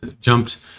jumped